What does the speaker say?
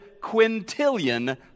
quintillion